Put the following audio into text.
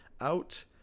out